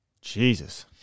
Jesus